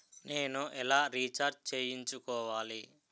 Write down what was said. నేను ఎలా రీఛార్జ్ చేయించుకోవాలి?